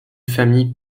famille